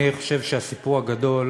אני חושב שהסיפור הגדול,